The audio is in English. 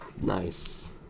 Nice